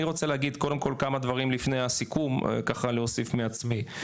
אני רוצה להגיד קודם כל כמה דברים לפני הסיכום ככה להוסיף מעצמי.